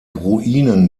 ruinen